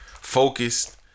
Focused